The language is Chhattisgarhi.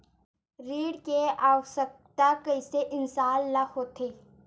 ऋण के आवश्कता कइसे इंसान ला होथे?